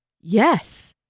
Yes